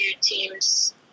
teams